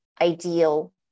ideal